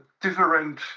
different